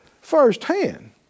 firsthand